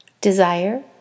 desire